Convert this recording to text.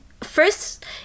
first